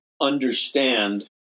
understand